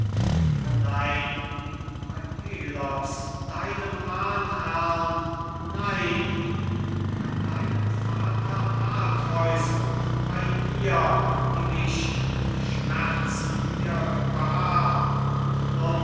o nein bei pelops deinem ahnherrn nein bei deinem vater atreus und bei ihr die mich mit schmerzen dir gebar und